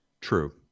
True